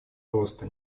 роста